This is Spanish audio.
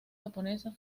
japonesas